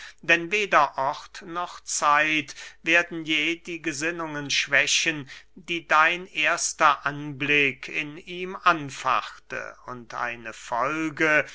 denn weder ort noch zeit werden je die gesinnungen schwächen die dein erster anblick in ihm anfachte und eine folge